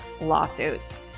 lawsuits